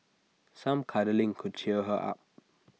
some cuddling could cheer her up